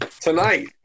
tonight